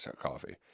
coffee